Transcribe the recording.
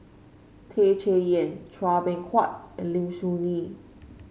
Tan Chay Yan Chua Beng Huat and Lim Soo Ngee